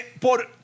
por